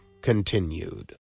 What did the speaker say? continued